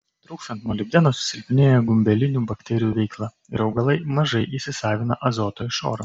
trūkstant molibdeno susilpnėja gumbelinių bakterijų veikla ir augalai mažai įsisavina azoto iš oro